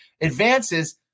advances